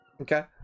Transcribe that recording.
Okay